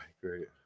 great